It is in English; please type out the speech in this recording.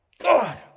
God